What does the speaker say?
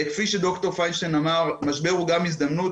כפי שד"ר פיינשטיין אמר המשבר הוא גם הזדמנות,